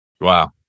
Wow